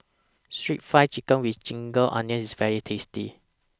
Stir Fry Chicken with Ginger Onions IS very tasty